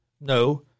No